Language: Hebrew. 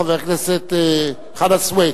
חבר הכנסת חנא סוייד?